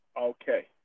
Okay